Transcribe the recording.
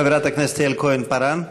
חברת הכנסת יעל כהן-פארן.